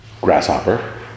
Grasshopper